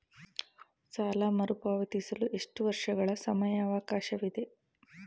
ಸಾಲ ಮರುಪಾವತಿಸಲು ಎಷ್ಟು ವರ್ಷಗಳ ಸಮಯಾವಕಾಶವಿದೆ?